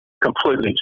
Completely